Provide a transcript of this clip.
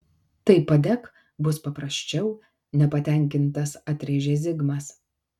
tai padek bus paprasčiau nepatenkintas atrėžė zigmas